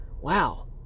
wow